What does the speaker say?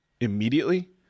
immediately